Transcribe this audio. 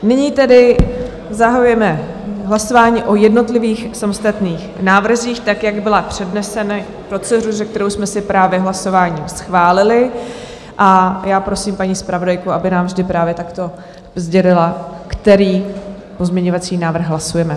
Nyní tedy zahajujeme hlasování o jednotlivých samostatných návrzích tak, jak byly předneseny proceduře, kterou jsme si právě hlasováním schválili a já prosím paní zpravodajku, aby nám vždy právě takto sdělila, který pozměňovací návrh hlasujeme.